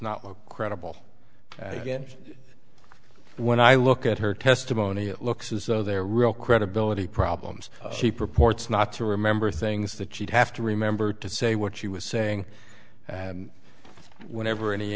look credible and again when i look at her testimony it looks as though there are real credibility problems she purports not to remember things that she'd have to remember to say what she was saying and whenever any